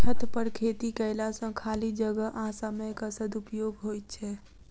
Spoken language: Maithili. छतपर खेती कयला सॅ खाली जगह आ समयक सदुपयोग होइत छै